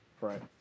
right